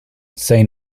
say